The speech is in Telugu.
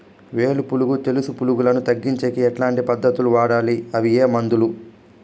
వేరు పులుగు తెలుసు పులుగులను తగ్గించేకి ఎట్లాంటి పద్ధతులు వాడాలి? అవి ఏ మందులు?